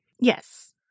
Yes